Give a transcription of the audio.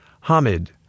Hamid